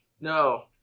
no